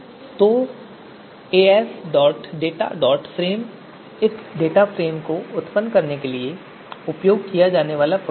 तो asdataframe इस data frame को उत्पन्न करने के लिए उपयोग किया जाने वाला फ़ंक्शन है